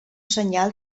senyal